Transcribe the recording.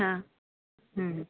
हां